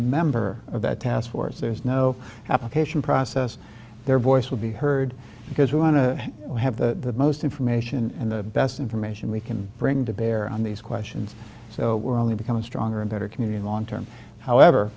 member of that task force there's no application process their voice will be heard because we want to have the most information and the best information we can bring to bear on these questions so we're only becoming stronger and better community long term however